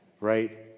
right